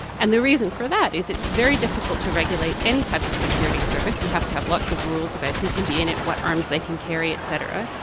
and the reason for that is it's very difficult to regulate any type of security service. you have to have lots of rules about who can be in it, what arms they can carry et cetera.